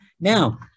Now